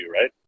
right